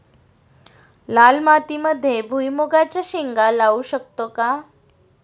लाल मातीमध्ये भुईमुगाच्या शेंगा लावू शकतो का?